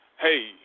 hey